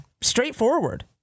straightforward